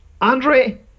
Andre